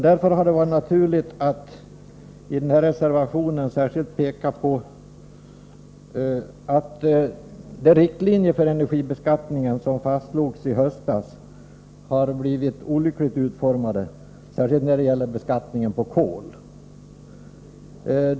Därför har det varit naturligt att i den nu aktuella reservationen särskilt peka på att de riktlinjer för energibeskattningen som fastslogs i höstas har blivit olyckligt utformade, särskilt när det gäller beskattningen av kol.